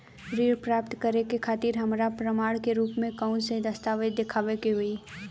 ऋण प्राप्त करे के खातिर हमरा प्रमाण के रूप में कउन से दस्तावेज़ दिखावे के होइ?